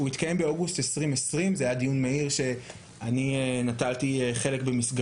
הוא התקיים באוגוסט 2020. זה היה דיון מהיר שנטלתי בו חלק.